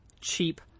cheap